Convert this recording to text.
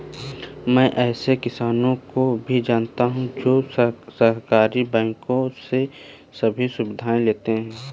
मैं ऐसे किसानो को भी जानता हूँ जो सहकारी बैंक से सभी सुविधाएं लेते है